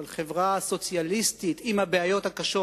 אבל חברה סוציאליסטית, עם הבעיות הקשות